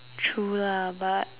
true lah but